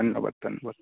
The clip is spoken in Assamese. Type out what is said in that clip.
ধন্যবাদ ধন্যবাদ